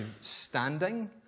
standing